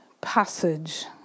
passage